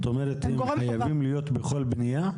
זאת אומרת, הם חייבים להיות בכל בנייה?